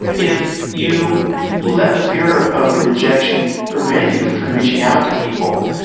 if you let the fear of rejection prevent you from reaching out to people,